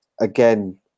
again